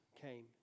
came